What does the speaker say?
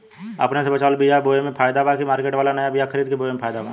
अपने से बचवाल बीया बोये मे फायदा बा की मार्केट वाला नया बीया खरीद के बोये मे फायदा बा?